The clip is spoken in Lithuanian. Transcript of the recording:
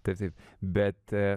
taip taip bet